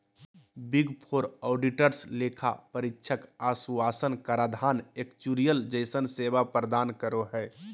big four auditors लेखा परीक्षा आश्वाशन कराधान एक्चुरिअल जइसन सेवा प्रदान करो हय